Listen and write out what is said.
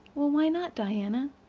well, why not, diana?